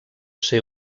ser